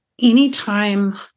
anytime